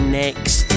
next